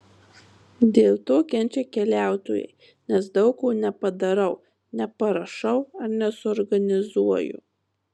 dėl to kenčia keliautojai nes daug ko nepadarau neparašau ar nesuorganizuoju